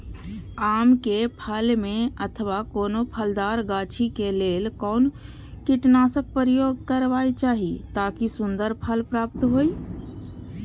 आम क फल में अथवा कोनो फलदार गाछि क लेल कोन कीटनाशक प्रयोग करबाक चाही ताकि सुन्दर फल प्राप्त हुऐ?